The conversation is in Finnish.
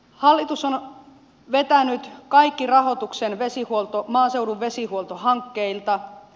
hallitus on vetänyt kaiken rahoituksen maaseudun vesihuoltohankkeilta